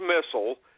missile